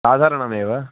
साधारणमेव